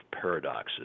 paradoxes